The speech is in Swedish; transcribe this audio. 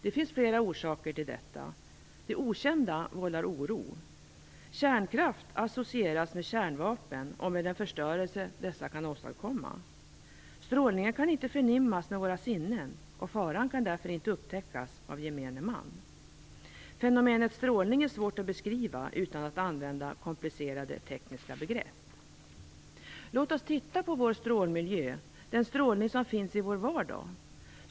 Det finns flera orsaker till detta. Det okända vållar oro. Kärnkraft associeras med kärnvapen och med den förstörelse dessa kan åstadkomma. Strålning kan inte förnimmas med våra sinnen, och faran kan därför inte upptäckas av gemene man. Fenomenet strålning är svårt att beskriva utan att använda komplicerade tekniska begrepp. Låt oss titta på vår strålmiljö och den strålning som finns i vår vardag.